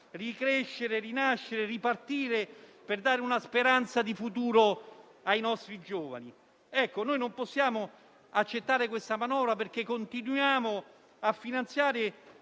ricrescere, rinascere, ripartire, per dare una speranza di futuro ai nostri giovani. Non possiamo accettare questa manovra, perché continuiamo a finanziare